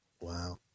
Wow